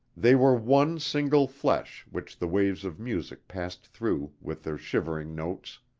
they were one single flesh which the waves of music passed through with their shivering notes.